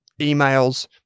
emails